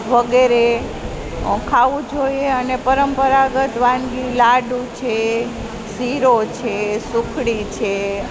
વગેરે ખાવું જોઈએ અને પરંપરાગત વાનગી લાડુ છે શીરો છે સુખડી છે